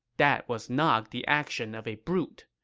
that was not the action of a brute.